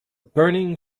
burning